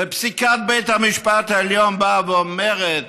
ופסיקת בית המשפט העליון באה ואומרת